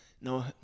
No